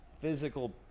physical